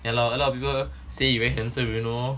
yeah lor a lot people say you very handsome you know